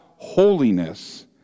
Holiness